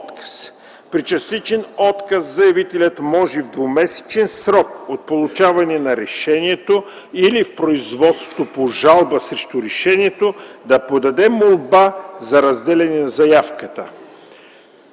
При частичен отказ заявителят може в двумесечен срок от получаване на решението или в производството по жалба срещу решението да подаде молба за разделяне на заявката.”